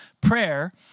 prayer